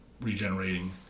regenerating